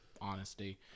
honesty